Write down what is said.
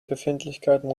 befindlichkeiten